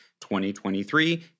2023